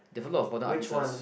they have a lot of modern art pieces